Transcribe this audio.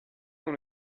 dans